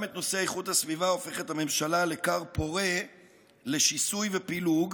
גם את נושא איכות הסביבה הופכת הממשלה לכר פורה לשיסוי ופילוג,